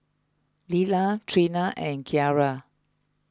Lilah Treena and Kiarra